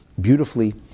beautifully